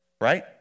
Right